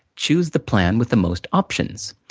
choose the plan with the most options.